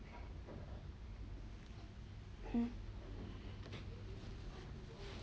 hmm